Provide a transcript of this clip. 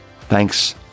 Thanks